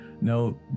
No